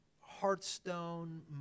Hearthstone